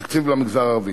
זה התקציב למגזר הערבי.